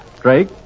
Drake